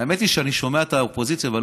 האמת היא שאני שומע את האופוזיציה ואני